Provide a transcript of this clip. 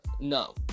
No